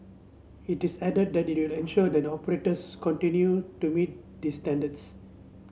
it is added that it will ensure that operators continue to meet these standards